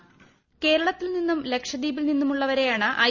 voice കേരളത്തിൽ നിന്നും ലക്ഷദ്ധീപിൽ നിന്നുമുള്ളവരെയാണ് ഐ